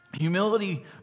Humility